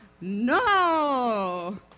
No